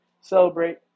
Celebrate